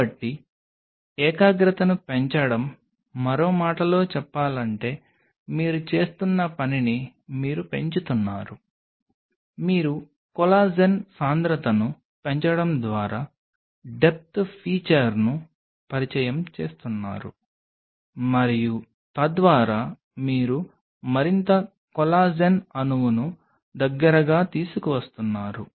కాబట్టి ఏకాగ్రతను పెంచడం మరో మాటలో చెప్పాలంటే మీరు చేస్తున్న పనిని మీరు పెంచుతున్నారు మీరు కొల్లాజెన్ సాంద్రతను పెంచడం ద్వారా డెప్త్ ఫీచర్ను పరిచయం చేస్తున్నారు మరియు తద్వారా మీరు మరింత కొల్లాజెన్ అణువును దగ్గరగా తీసుకువస్తున్నారు